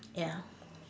ya